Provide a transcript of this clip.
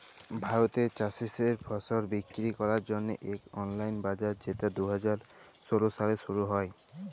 ভারতে চাষীদের ফসল বিক্কিরি ক্যরার জ্যনহে ইক অললাইল বাজার যেট দু হাজার ষোল সালে শুরু হ্যয়